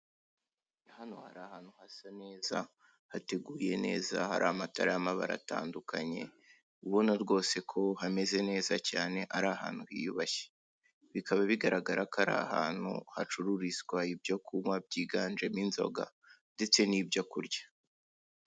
Hano hari ahantu hasa neza, hateguye neza, hari amatara y'amabara atandukanye, ubona rwose ko hameze neza cyane, ari ahantu hiyubashye; bikaba bigaragara ko ari ahantu hacururizwa ibyo kunywa byiganjemo inzoga ndetse n'ibyo kurya.